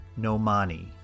Nomani